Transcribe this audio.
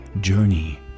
journey